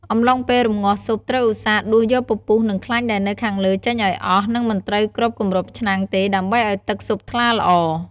អំឡុងពេលរម្ងាស់ស៊ុបត្រូវឧស្សាហ៍ដួសយកពពុះនិងខ្លាញ់ដែលនៅខាងលើចេញឱ្យអស់ និងមិនត្រូវគ្របគម្របឆ្នាំងទេដើម្បីឱ្យទឹកស៊ុបថ្លាល្អ។